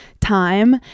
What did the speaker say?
time